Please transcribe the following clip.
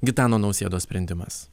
gitano nausėdos sprendimas